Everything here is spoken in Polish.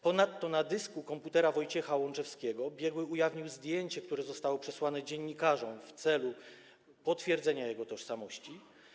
Ponadto na dysku komputera Wojciecha Łączewskiego biegły ujawnił zdjęcie, które zostało przesłane dziennikarzom w celu potwierdzenia jego tożsamości.